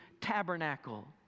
tabernacle